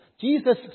Jesus